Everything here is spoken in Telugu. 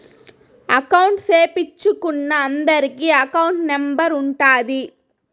అకౌంట్ సేపిచ్చుకున్నా అందరికి అకౌంట్ నెంబర్ ఉంటాది